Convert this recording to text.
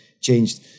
changed